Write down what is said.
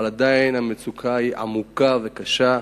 אבל עדיין המצוקה היא עמוקה וקשה.